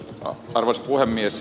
arvoisa puhemies